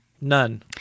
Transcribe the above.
none